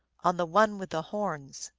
on the one with the horns!